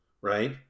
Right